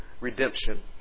redemption